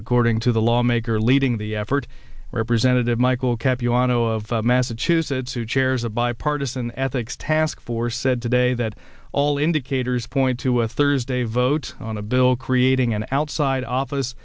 according to the lawmaker leading the effort representative michael capriano of massachusetts who chairs a bipartisan ethics taskforce said today that all indicators point to a thursday vote on a bill creating an outside office